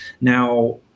Now